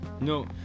No